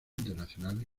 internacional